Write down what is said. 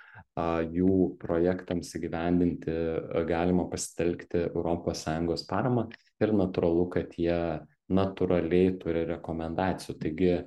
a jų projektams įgyvendinti galima pasitelkti europos sąjungos paramą ir natūralu kad jie natūraliai turi rekomendacijų taigi